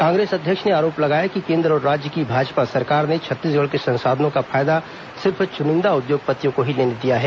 कांग्रेस अध्यक्ष ने आरोप लगाया कि केंद्र और राज्य की भाजपा सरकार ने छत्तीसगढ़ के संसाधनों का फायदा सिर्फ चुनिंदा उद्योगपतियों को ही लेने दिया है